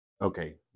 okay